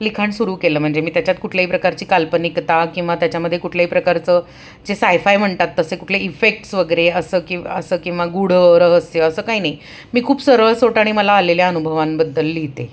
लिखाण सुरू केलं म्हणजे मी त्याच्यात कुठल्याही प्रकारची काल्पनिकता किंवा त्याच्यामध्ये कुठल्याही प्रकारचं जे सायफाय म्हणतात तसे कुठले इफेक्ट्स वगैरे असं किव् असं किंवा गुढ रहस्य असं काही नाही मी खूप सरळ सोट आणि मला आलेल्या अनुभवांबद्दल लिहिते